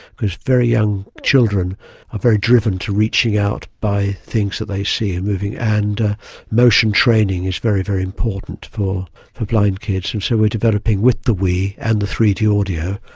because very young children are very driven to reaching out by things that they see and moving, and motion training is very, very important for for blind kids. and so we are developing, with the wii and the three d audio,